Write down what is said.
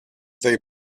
they